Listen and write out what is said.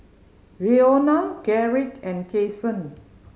Roena Garrick and Kasen